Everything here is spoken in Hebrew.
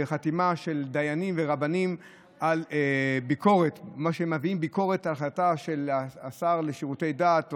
וחתימה של דיינים ורבנים שמביעים ביקורת על החלטה של השר לשירותי דת,